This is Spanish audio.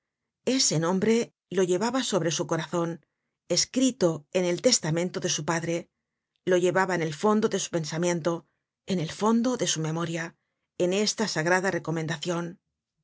ese nombre lo llevaba sobre su corazon escrito en el testamento de su padre lo llevaba en el fondo de su pensamiento en el fondo de su memoria en esta sagrada recomendacion